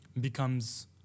becomes